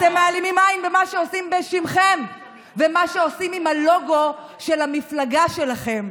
אתם מעלימים עין ממה שעושים בשמכם ומה שעושים עם הלגו של המפלגה שלכם.